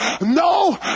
no